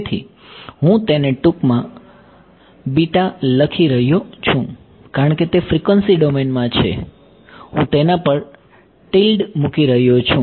તેથી હું તેને ટૂંકમાં લખી રહ્યો છું કારણ કે તે ફ્રીક્વન્સી ડોમેનમાં છે હું તેના પર tilde મૂકી રહ્યો છું